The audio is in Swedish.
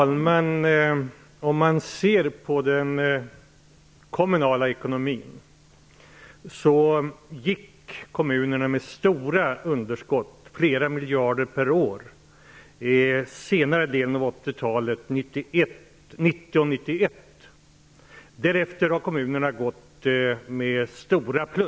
Fru talman! Om man ser på den kommunala ekonomin finner man att kommunerna gick med stora underskott -- flera miljarder per år -- under senare delen av 80-talet, 1990 och 1991. Därefter har kommunerna gått med stora plus.